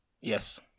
Yes